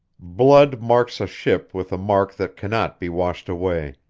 blood marks a ship with a mark that cannot be washed away.